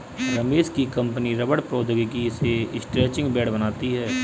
रमेश की कंपनी रबड़ प्रौद्योगिकी से स्ट्रैचिंग बैंड बनाती है